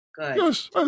yes